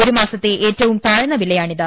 ഒരു മാസത്തെ ഏറ്റവും താഴ്ന്ന വിലയാണ് ഇത്